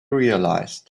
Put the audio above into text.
realized